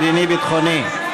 חברי הכנסת, אנחנו עוברים להצבעה.